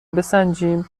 بسنجیم